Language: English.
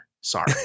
Sorry